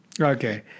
okay